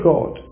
God